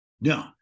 No